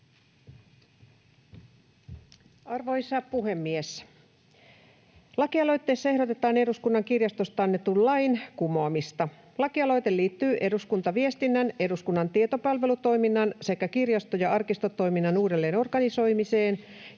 Arvoisa puhemies! Lakialoitteessa ehdotetaan eduskunnan kirjastosta annetun lain kumoamista. Lakialoite liittyy eduskuntaviestinnän, eduskunnan tietopalvelutoiminnan sekä kirjasto- ja arkistotoiminnan uudelleen organisoimiseen,